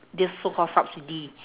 this so called subsidy